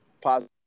positive